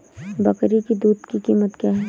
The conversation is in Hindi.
बकरी की दूध की कीमत क्या है?